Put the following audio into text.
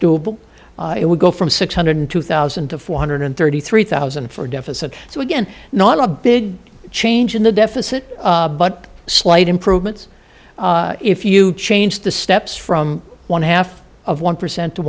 doable it would go from six hundred two thousand to four hundred thirty three thousand for deficit so again not a big change in the deficit but slight improvements if you change the steps from one half of one percent